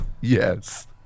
Yes